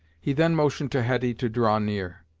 he then motioned to hetty to draw near.